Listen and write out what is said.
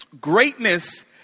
Greatness